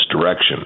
direction